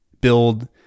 Build